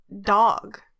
dog